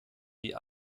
die